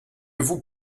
vous